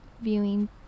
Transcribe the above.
viewing